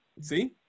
see